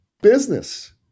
business